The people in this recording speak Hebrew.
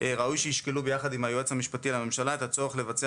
ראוי שישקלו ביחד עם היועץ המשפטי לממשלה את הצורך לבצע